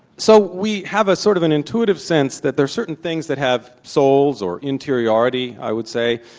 so we have a sort of and intuitive sense that there are certain things that have souls, or interiority, i would say,